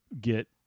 get